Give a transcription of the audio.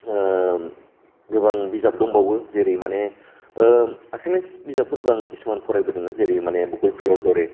ओ गोबां बिजाब दंबावो जेरै माने ओ एसामिस बिजाबफोरखौ आं किसुमान फरायबोदोङो जेरै माने बखुर फुलेर दरे